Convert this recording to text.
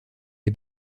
les